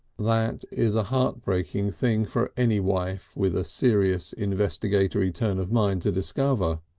that is a heartbreaking thing for any wife with a serious investigatory turn of mind to discover.